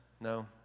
No